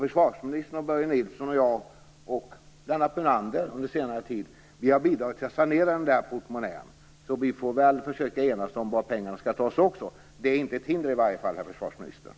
Försvarsministern, Börje Nilsson och jag, liksom på senare tid även Lennart Brunander, har bidragit till att sanera portmonnän. Så vi får väl också försöka enas om varifrån pengarna skall tas. Det är inget hinder i alla fall, försvarsministern.